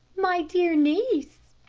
my dear niece,